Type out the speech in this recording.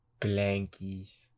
Blankies